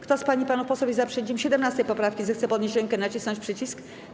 Kto z pań i panów posłów jest za przyjęciem 17. poprawki, zechce podnieść rękę i nacisnąć przycisk.